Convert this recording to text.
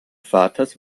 vaters